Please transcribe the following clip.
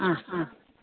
ആ ആ